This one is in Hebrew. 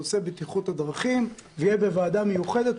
הוועדה נושא הבטיחות בדרכים והוא יהיה בוועדה מיוחדת,